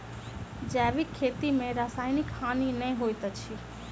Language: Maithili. जैविक खेती में रासायनिक हानि नै होइत अछि